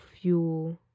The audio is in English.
fuel